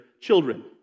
children